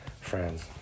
friends